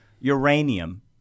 uranium